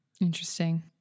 Interesting